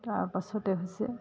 তাৰ পাছতে হৈছে